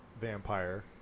vampire